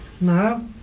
No